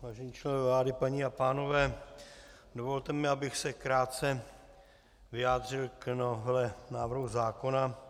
Vážení členové vlády, paní a pánové, dovolte mi, abych se krátce vyjádřil k návrhu zákona.